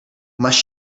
must